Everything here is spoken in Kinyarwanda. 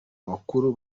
abakuru